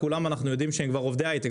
כולם אנחנו יודעים שהם כבר עובדי היי-טק.